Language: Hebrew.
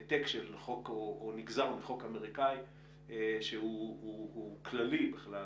הוא נגזר מחוק אמריקאי שהוא כללי בכלל,